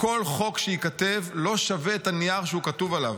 כל חוק שייכתב, לא שווה את הנייר שהוא כתוב עליו.